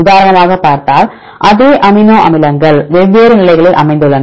உதாரணமாக பார்த்தால் அதே அமினோ அமிலங்கள் வெவ்வேறு நிலைகளில் அமைந்துள்ளன